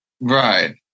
Right